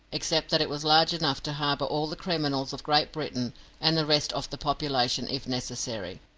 except that it was large enough to harbour all the criminals of great britain and the rest of the population if necessary.